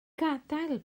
gadael